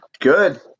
good